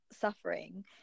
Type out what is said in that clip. suffering